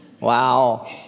Wow